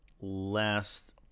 last